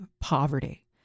poverty